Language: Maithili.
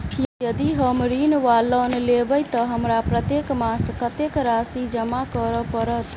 यदि हम ऋण वा लोन लेबै तऽ हमरा प्रत्येक मास कत्तेक राशि जमा करऽ पड़त?